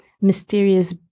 mysterious